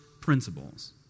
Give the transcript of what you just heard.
principles